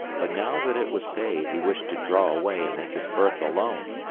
but now that it was paid, he wished to draw away and make his berth alone,